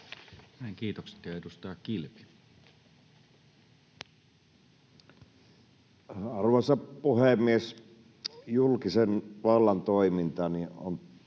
kiitokset. — Ja edustaja Kilpi. Arvoisa puhemies! Julkisen vallan toiminnan on